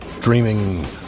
Dreaming